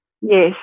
Yes